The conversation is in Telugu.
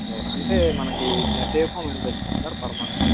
అంటే మనకి టెక్ హోమ్ ఎంతొస్తుంది సార్ పర్ మంత్